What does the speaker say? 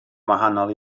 wahanol